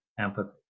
empathy